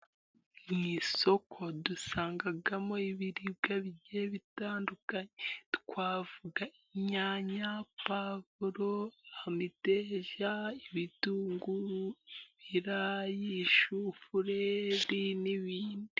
Mu isoko dusangamo ibiribwa bigiye bitandukanye twavuga : inyanya, puwavuro, imiteja, ibitunguru, ibirayi, shufureri n'ibindi.